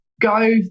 go